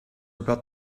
about